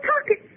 pocket